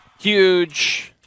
Huge